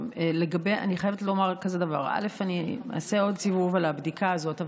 אני חייבת לומר כזה דבר: אעשה עוד סיבוב על הבדיקה הזאת,